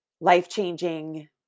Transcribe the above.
Life-changing